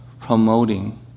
promoting